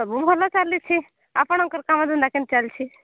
ସବୁ ଭଲ ଚାଲିଛି ଆପଣଙ୍କର କାମ ଧନ୍ଦା କେମିତି ଚାଲିଛି